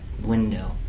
window